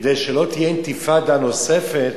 כדי שלא תהיה אינתיפאדה נוספת,